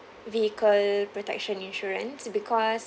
vehicle protection insurance because